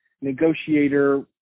Negotiator